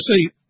see